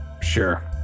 Sure